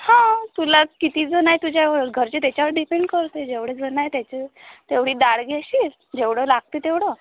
हां तुला किती जण आहे तुझ्या घरचे तेच्यावर डिपेंड करते जेवढे जण आहे त्याचं तेवढी डाळ घेशील जेवढं लागतंय तेवढं